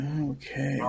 Okay